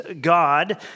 God